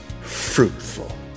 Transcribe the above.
fruitful